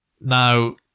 now